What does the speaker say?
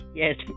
yes